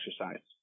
exercise